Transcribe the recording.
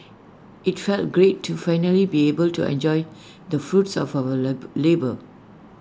IT felt great to finally be able to enjoy the fruits of our labour